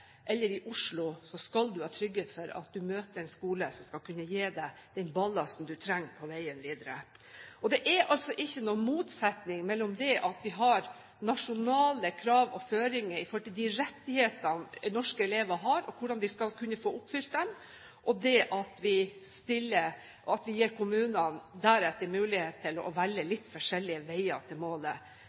Oslo, skal man ha trygghet for at man møter en skole som skal gi en den ballasten man trenger på veien videre. Det er altså ikke noen motsetning mellom det at vi har nasjonale krav og føringer for de rettighetene norske elever har, og hvordan de skal kunne få oppfylt dem, og det at vi deretter gir kommunene mulighet til å velge litt forskjellige veier til målet.